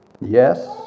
Yes